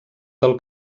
del